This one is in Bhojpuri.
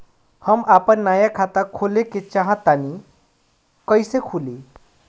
हम आपन नया खाता खोले के चाह तानि कइसे खुलि?